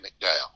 McDowell